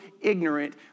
ignorant